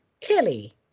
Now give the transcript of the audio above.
Kelly